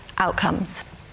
outcomes